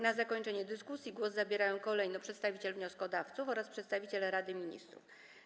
Na zakończenie dyskusji głos zabierają kolejno przedstawiciel wnioskodawców oraz przedstawiciel Rady Ministrów.